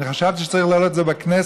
אני חשבתי שצריך להעלות את זה בכנסת,